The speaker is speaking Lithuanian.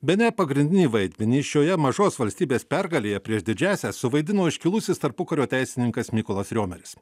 bene pagrindiniai vaidmenys šioje mažos valstybės pergalėje prieš didžiąsias suvaidino iškilusis tarpukario teisininkas mykolas riomeris